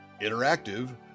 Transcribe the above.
interactive